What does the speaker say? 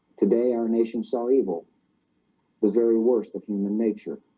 today our nation saw evil the very worst of human nature